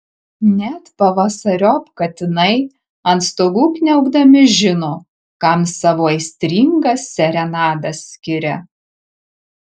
net pavasariop katinai ant stogų kniaukdami žino kam savo aistringas serenadas skiria